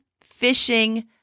fishing